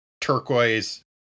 turquoise